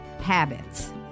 Habits